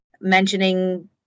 mentioning